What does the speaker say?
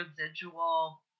residual